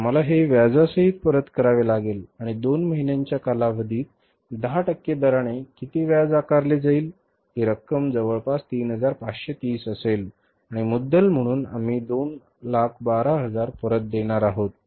तर आम्हाला हे व्याजासहित परत करावे लागेल आणि दोन महिन्यांच्या कालावधीत 10 टक्के दराने किती व्याज आकारले जाईल ही रक्कम जवळपास 3530 असेल आणि मुद्दल म्हणून आम्ही 212000 परत देणार आहोत